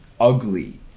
ugly